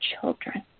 children